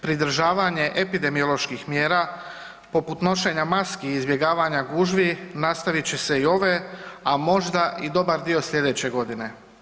Pridržavanje epidemioloških mjera, poput nošenja maski i izbjegavanja gužvi nastavit će se i ove, a možda i dobar dio sljedeće godine.